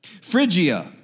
Phrygia